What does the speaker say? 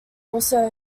also